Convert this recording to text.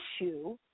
issue